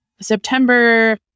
September